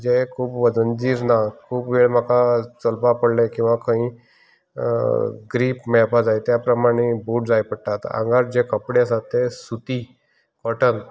जे खूब वजनजीर ना खूब वेळ म्हाका चलपा पडलें किवां खंय ग्रीप मेळपा जाय त्या प्रमाणे बूट जाय पडटात आंगार जे कपडे आसता तें सुती कॉटन